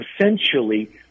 essentially